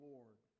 Lord